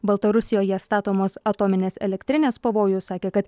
baltarusijoje statomos atominės elektrinės pavojus sakė kad